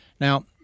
Now